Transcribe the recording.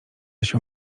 się